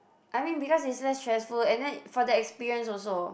I mean because it's less stressful and then for the experience also